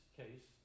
case